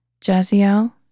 Jaziel